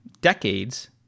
decades